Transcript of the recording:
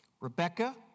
Rebecca